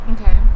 Okay